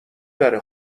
بره